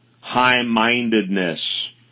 high-mindedness